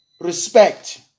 respect